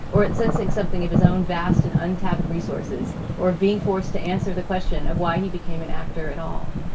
or it's sensing something of his own vast and untapped resources or being forced forced to answer the question of why and he became an actor at all.